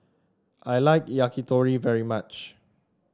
I like Yakitori very much